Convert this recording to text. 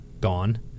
gone